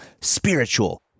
spiritual